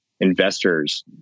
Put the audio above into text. investors